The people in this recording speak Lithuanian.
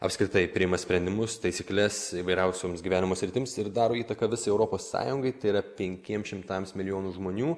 apskritai priima sprendimus taisykles įvairiausioms gyvenimo sritims ir daro įtaką visai europos sąjungai tai yra penkiems šimtams milijonų žmonių